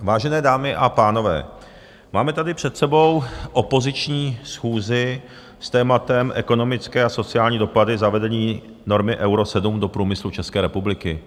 Vážené dámy a pánové, máme tady před sebou opoziční schůzi s tématem Ekonomické a sociální dopady zavedení normy Euro 7 do průmyslu České republiky.